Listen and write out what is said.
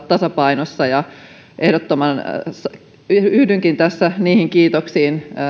tasapainossa yhdynkin tässä niihin kiitoksiin